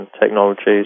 technologies